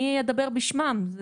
מי ידבר בשמם?